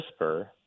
CRISPR